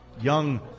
young